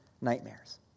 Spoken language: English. nightmares